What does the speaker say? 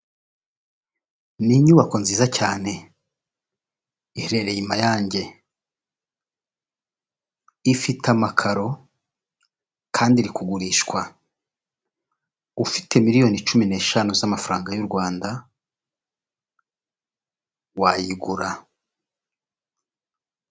Ni inyubako nziza cyane iherere imayange, ifite amakaro kandi iri kugurishwa. Ufite miliyoni cumi neshanu z'amafaranga y' u rwanda wayigura.